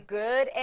good